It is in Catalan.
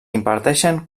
imparteixen